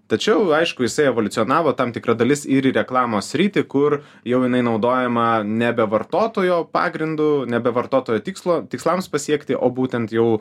tačiau aišku jisai evoliucionavo tam tikra dalis ir į reklamos sritį kur jau jinai naudojama nebe vartotojo pagrindu nebe vartotojo tikslo tikslams pasiekti o būtent jau